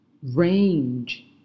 Range